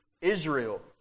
Israel